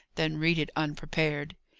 than read it unprepared.